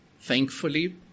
thankfully